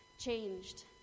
changed